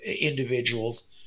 individuals